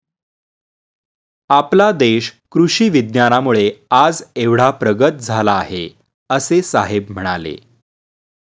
आपला देश कृषी विज्ञानामुळे आज एवढा प्रगत झाला आहे, असे साहेब म्हणाले